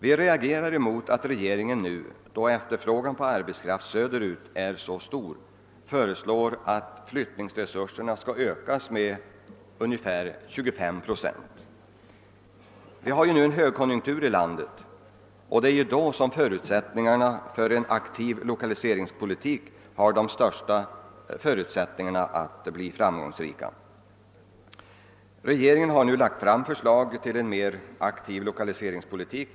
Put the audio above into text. Vi reagerar mot att regeringen nu när efterfrågan på arbetskraft söderut är så stor föreslår, att flyttningsresurserna skall ökas med ungefär 25 procent. Vi har nu en högkonjunktur i vårt land, och det är ju då som strävandena för en aktiv lokaliseringspolitik har de största förutsättningarna att bli framgångsrika. Regeringen har lagt fram förslag till en mer aktiv lokaliseringspolitik.